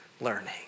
learning